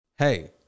Hey